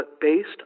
based